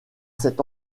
cet